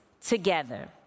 together